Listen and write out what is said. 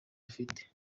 rufite